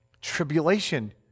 tribulation